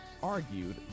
Argued